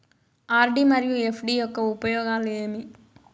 RD మరియు FD యొక్క ఉపయోగాలు ఏమి?